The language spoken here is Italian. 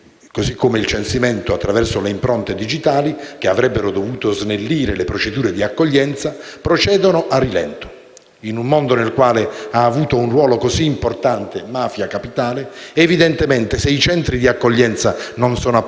così come il censimento attraverso le impronte digitali, che avrebbero dovuto snellire le procedure di accoglienza, procedono a rilento. In un mondo nel quale ha avuto un ruolo così importante Mafia Capitale, evidentemente se i centri di accoglienza non sono apparsi